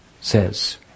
says